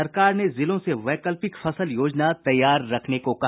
सरकार ने जिलों से वैकल्पिक फसल योजना तैयार रखने को कहा